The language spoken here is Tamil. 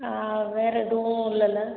வேறு ஏதுவும் இல்லல்லை